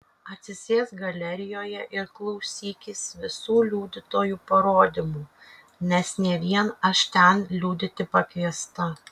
atsisėsk galerijoje ir klausykis visų liudytojų parodymų nes ne vien aš ten liudyti pakviesta